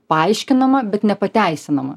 paaiškinama bet nepateisinama